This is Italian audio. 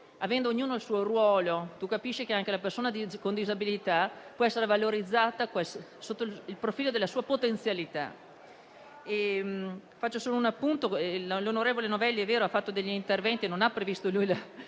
avendo ognuno il suo ruolo, fa sì che anche la persona con disabilità possa essere valorizzata sotto il profilo della sua potenzialità. Faccio solo un appunto. L'onorevole Novelli - è vero - ha fatto degli interventi e non ha previsto lui la